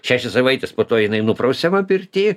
šešios savaites po to jinai nuprausiama pirty